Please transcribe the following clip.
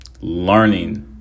learning